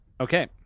okay